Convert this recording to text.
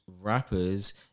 rappers